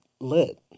lit